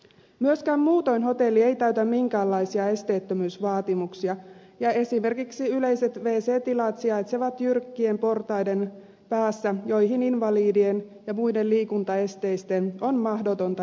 myöskään muutoin hotelli ei täytä minkäänlaisia esteettömyysvaatimuksia ja esimerkiksi yleiset wc tilat sijaitsevat jyrkkien portaiden päässä ja niihin invalidien ja muiden liikuntaesteisten on mahdotonta liikkua